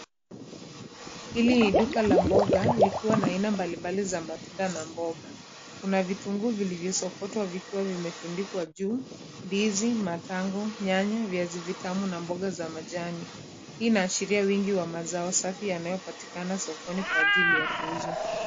Hili ni duka la mboga likiwa na aina mbalimbali za matunda na mboga. Kuna vitunguu vilivyo sokotwa vikiwa vimetundikwa juu, ndizi, matango, nyanya, viazi vitamu na mboga za majani. Hii inaashiria wingi wa mazao safi yanayopatikana sokoni kwa ajili ya kuuzwa.